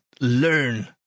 learn